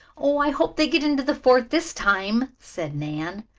oh, i hope they get into the fort this time, said nan.